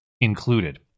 included